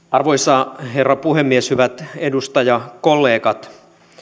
arvoisa herra puhemies hyvät edustajakollegat